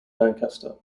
lancaster